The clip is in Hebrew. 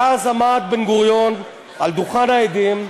ואז עמד בן-גוריון על דוכן העדים,